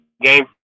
game